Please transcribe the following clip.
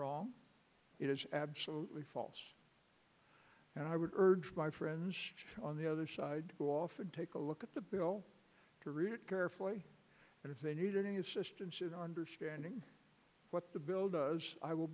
wrong it is absolutely false and i would urge my friends on the other side who often take a look at the bill to read it carefully and if they need any assistance in understanding what the bill does i will